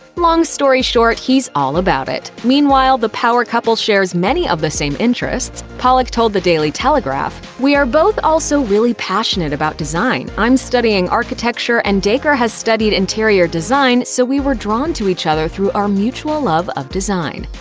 long story short, he's all about it. meanwhile, the power couple shares many of the same interests. pollock told the daily telegraph we are both also really passionate about design, i'm studying architecture and dacre has studied interior design so we were drawn to each other through our mutual love of design.